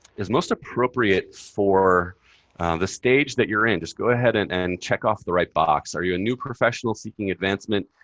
is most appropriate for the stage that you're in. just go ahead and and check off the right box. are you a new professional seeking advancement?